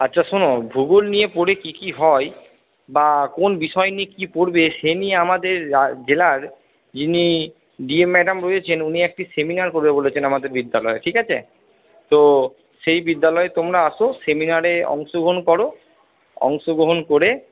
আচ্ছা শোনো ভূগোল নিয়ে পড়ে কি কি হয় বা কোন বিষয় নিয়ে কি পড়বে সে নিয়ে আমাদের জেলার যিনি ডিএম ম্যাডাম রয়েছেন উনি একটি সেমিনার করবেন বলেছেন আমাদের বিদ্যালয়ে ঠিক আছে তো সেই বিদ্যালয়ে তোমরা আসো সেমিনারে অংশগ্রহণ করো অংশগ্রহণ করে